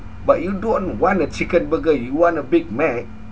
but you don't want a chicken burger you want a big mac